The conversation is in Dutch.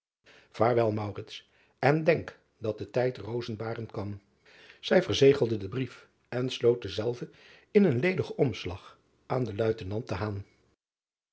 aarwel en denk dat de tijd rozen baren kan ij verzegelde den brief en sloot denzelven in een ledigen omslag aan den uitenant